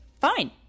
fine